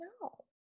no